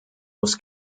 muss